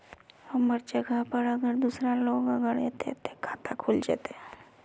हमर जगह पर अगर दूसरा लोग अगर ऐते ते खाता खुल जते?